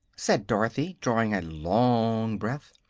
said dorothy, drawing a long breath,